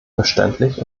verständlich